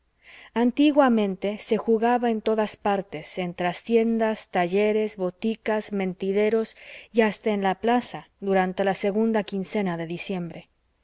antiguamente se jugaba en todas partes en trastiendas talleres boticas mentideros y hasta en la plaza durante la segunda quincena de diciembre